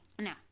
No